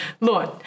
Lord